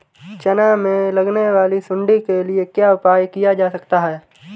चना में लगने वाली सुंडी के लिए क्या उपाय किया जा सकता है?